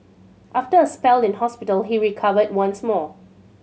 after a spell in hospital he recovered once more